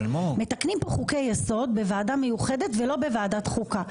מתקנים פה חוקי יסוד בוועדה מיוחדת ולא בוועדת חוקה.